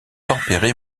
tempéré